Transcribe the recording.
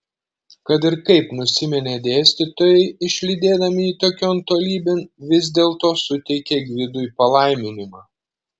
kad ir kaip nusiminė dėstytojai išlydėdami jį tokion tolybėn vis dėlto suteikė gvidui palaiminimą